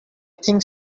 think